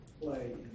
play